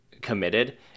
committed